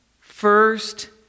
first